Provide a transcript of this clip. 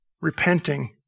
repenting